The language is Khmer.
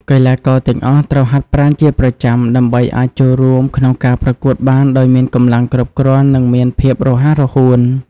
កីឡាករទាំងអស់ត្រូវហាត់ប្រាណជាប្រចាំដើម្បីអាចចូលរួមក្នុងការប្រកួតបានដោយមានកម្លាំងគ្រប់គ្រាន់និងមានភាពរហ័សរហួន។